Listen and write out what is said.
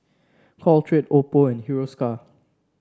Caltrate Oppo and Hiruscar